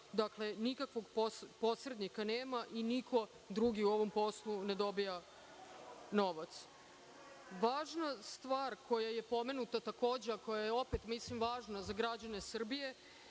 Dakle nikakvog posrednika nema i niko drugi u ovom poslu ne dobija novac. Važna stvar koja je takođe pomenuta a koja je važna za građane Srbije